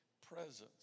presence